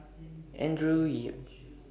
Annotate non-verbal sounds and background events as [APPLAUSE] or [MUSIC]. [NOISE] Andrew Yip